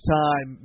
time